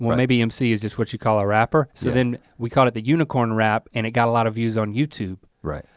maybe mc is just what you call a rapper. so then we call it the unicorn rap, and it got a lot of views on youtube. right?